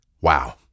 Wow